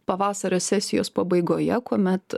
pavasario sesijos pabaigoje kuomet